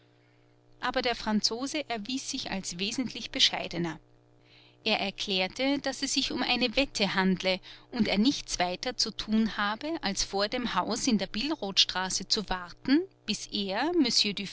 aber der franzose erwies sich als wesentlich bescheidener er erklärte daß es sich um eine wette handle und er nichts weiter zu tun habe als vor dem haus in der billrothstraße zu warten bis er